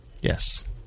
Yes